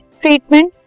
treatment